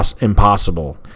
impossible